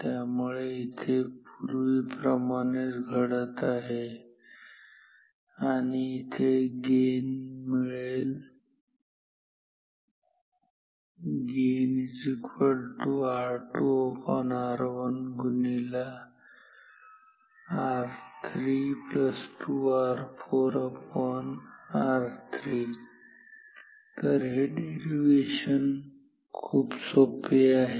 त्यामुळे इथे पूर्वीप्रमाणेच घडत आहे आणि आणि इथे गेन मिळेल गेनR2 R1R32R4R3 तर हि डेरिवेशन खूप सोपे आहे